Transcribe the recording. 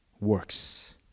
works